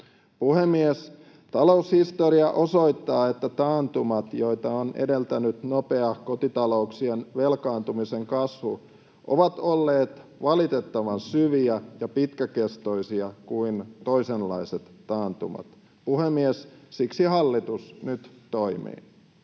Puhemies! Taloushistoria osoittaa, että taantumat, joita on edeltänyt nopea kotitalouksien velkaantumisen kasvu, ovat olleet valitettavan syviä ja pitkäkestoisempia kuin toisenlaiset taantumat. Puhemies, siksi hallitus nyt toimii.